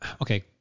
okay